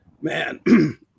man